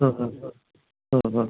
হুম হুম হুম হুম হুম